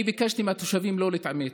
אני ביקשתי מהתושבים לא להתעמת,